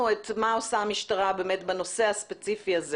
את מה עושה המשטרה באמת בנושא הספציפי הזה